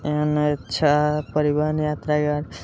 एहन अच्छा परिवहन यात्रा